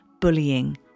bullying